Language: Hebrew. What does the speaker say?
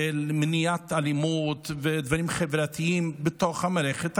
מניעת אלימות ודברים חברתיים בתוך מערכת החינוך,